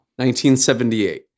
1978